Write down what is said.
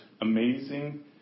amazing